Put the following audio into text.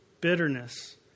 bitterness